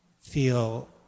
feel